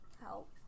help